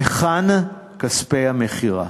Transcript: היכן כספי המכירה?